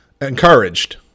encouraged